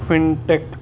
fintech